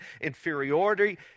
inferiority